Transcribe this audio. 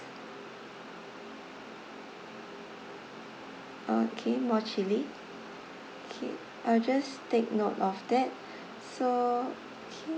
okay more chilli okay I'll just take note of that so okay